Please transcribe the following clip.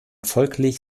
folglich